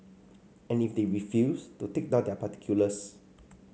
and if they refuse to take down their particulars